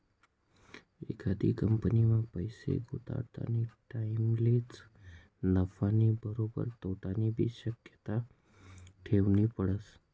एखादी कंपनीमा पैसा गुताडानी टाईमलेच नफानी बरोबर तोटानीबी शक्यता ठेवनी पडस